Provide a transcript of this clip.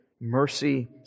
mercy